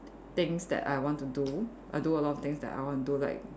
things that I want to do I do a lot of things that I want to do like